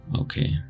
Okay